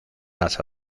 las